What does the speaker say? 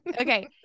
Okay